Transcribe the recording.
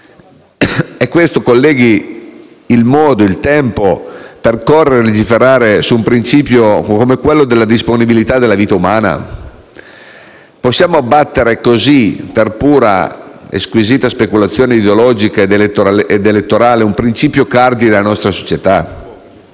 È questo, colleghi, il tempo, il modo per correre a legiferare su un principio come quello della disponibilità della vita umana? Possiamo abbattere così, per pura e squisita speculazione ideologica ed elettorale, un principio cardine della nostra società?